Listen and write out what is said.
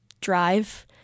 drive